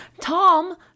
Tom